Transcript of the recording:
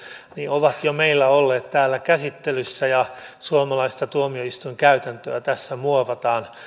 ovat jo meillä olleet täällä käsittelyssä ja suomalaista tuomioistuinkäytäntöä tässä muovataan